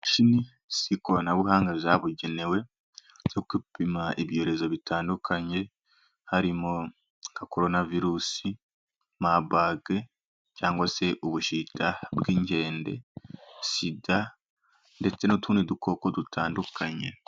Imashini z'ikoranabuhanga zabugenewe, zo gupima ibyorezo bitandukanye, harimo nka Korona Virusi, Mabage cyangwa se Ubushita bw'inkende, SIDA ndetse n'utundi dukoko dutandukanye.